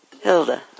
Hilda